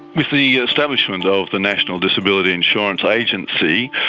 with the establishment of the national disability insurance agency,